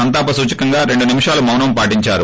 సంతాప సూచకంగా రెండు నిమిషాల పాటు మౌనం పాటిందారు